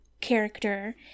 character